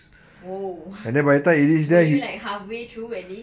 oh !wah! were you like halfway through at least